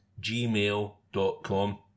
gmail.com